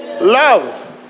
Love